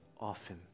often